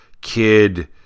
kid